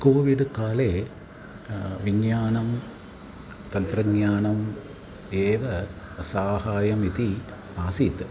कोविड्काले विज्ञानं तन्त्रज्ञानम् एव साहायम् इति आसीत्